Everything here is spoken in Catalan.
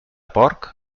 porc